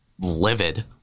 livid